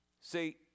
See